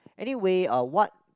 anyway uh what